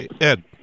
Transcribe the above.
Ed